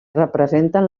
representen